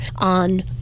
on